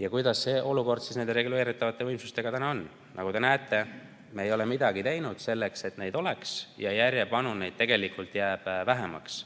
Ja milline olukord meil reguleeritavate võimsustega täna on? Nagu te näete, me ei ole midagi teinud selleks, et neid oleks. Ja järjepanu neid jääb aina vähemaks.